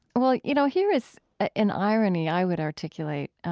well, you know, here is an irony i would articulate.